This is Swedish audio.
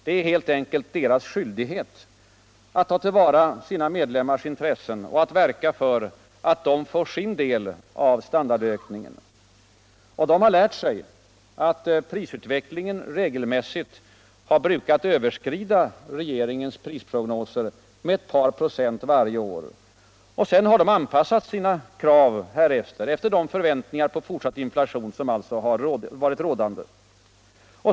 Det är helt enkelt deras skyldighet att ta till vara stna medlemmars intressen och att verka för att de får sin del av standardökningen. Och de har lärt sig att prisutvecklingen regelmässigt brukar överskrida regeringens prisprognoser med ett par procent varje år. och sedan har de anpassat sina krav härefter, efter de förväniningar på fortsatt inflation som alltså varit rådande.